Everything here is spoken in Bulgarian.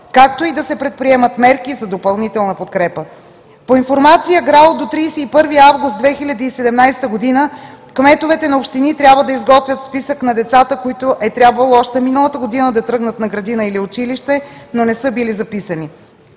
както и да се предприемат мерки за допълнителна подкрепа. По информация от ГРАО до 31 август 2017 г. кметовете на общини трябва да изготвят списък на децата, които е трябвало още миналата година да тръгнат на градина или училище, но не са били записани.